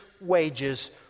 wages